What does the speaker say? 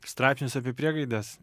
straipsnius apie priegaides